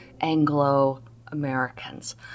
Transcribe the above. Anglo-Americans